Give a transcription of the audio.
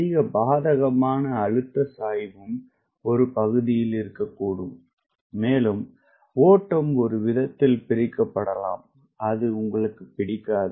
அதிக பாதகமான அழுத்தம் சாய்வு ஒரு பகுதி இருக்கக்கூடும் மேலும் ஓட்டம் ஒரு விதத்தில் பிரிக்கப்படலாம் இது உங்களுக்கு பிடிக்காது